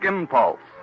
Impulse